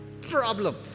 problem